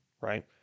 right